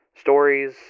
Stories